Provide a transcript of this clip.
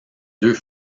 deux